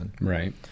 right